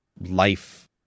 life